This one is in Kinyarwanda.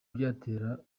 byatera